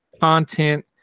content